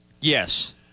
Yes